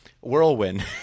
Whirlwind